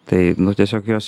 tai nu tiesiog jos